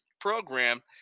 program